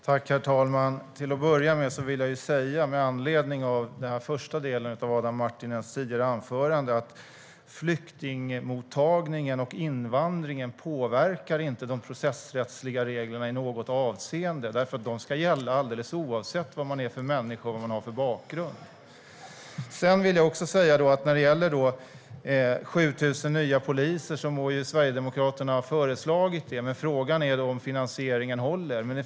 Herr talman! Med anledning av första delen i Adam Marttinens tidigare anförande vill jag säga: Flyktingmottagningen och invandringen påverkar inte de processrättsliga reglerna i något avseende. De ska gälla alldeles oavsett vad man är för människa och vad man har för bakgrund. Sverigedemokraterna må ha föreslagit 7 000 poliser, men frågan är om finansieringen håller.